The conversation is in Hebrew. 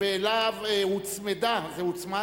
ואליו הוצמדה, היא מוצמדת,